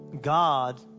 God